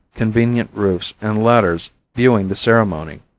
convenient roofs and ladders viewing the ceremony.